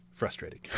frustrating